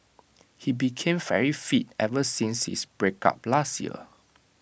he became very fit ever since his breakup last year